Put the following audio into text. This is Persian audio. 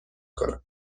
کنم